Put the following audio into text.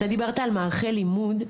אתה דיברת על מערכי לימוד,